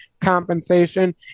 compensation